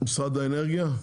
משרד האנרגיה?